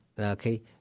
okay